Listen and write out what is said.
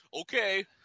Okay